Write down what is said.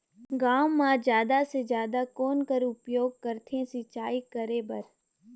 गांव म जादा से जादा कौन कर उपयोग करथे सिंचाई करे बर?